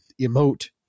emote